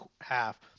half